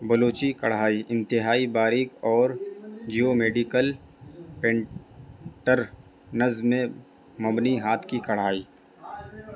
بلوچی کڑھائی انتہائی باریک اور جیو میڈیکل پینٹر نظم میں مبنی ہاتھ کی کڑھائی